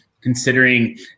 considering